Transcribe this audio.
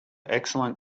excellent